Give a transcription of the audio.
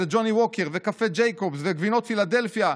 וג'וני ווקר וקפה ג'ייקובס וגבינות פילדלפיה,